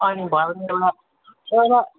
अनि भयो भने एउटा एउटा